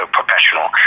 professional